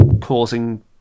causing